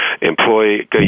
employee